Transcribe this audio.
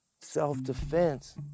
Self-defense